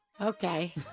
Okay